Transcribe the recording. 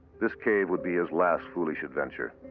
this cave would be his last foolish adventure.